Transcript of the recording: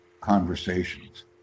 conversations